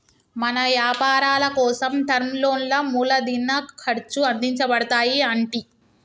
మన యపారాలకోసం టర్మ్ లోన్లా మూలదిన ఖర్చు అందించబడతాయి అంటి